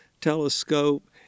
telescope